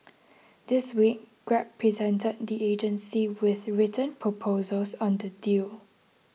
this week Grab presented the agency with written proposals on the deal